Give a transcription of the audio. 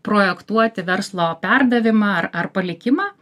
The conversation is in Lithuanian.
projektuoti verslo perdavimą ar ar palikimą